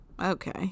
okay